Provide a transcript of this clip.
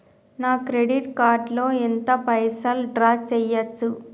నా credit card లో ఎంత పైసల్ డ్రా చేయచ్చు?